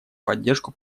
поддержку